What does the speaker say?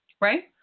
right